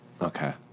Okay